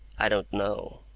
i don't know.